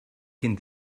cyn